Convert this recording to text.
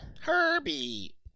Herbie